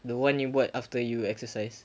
the one you bought after you exercise